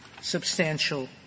substantial